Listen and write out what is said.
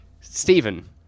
Stephen